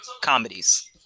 comedies